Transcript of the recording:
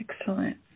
Excellent